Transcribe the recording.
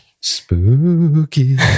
Spooky